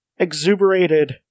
exuberated